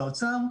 התחבורה והאוצר,